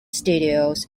studios